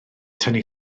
tynnu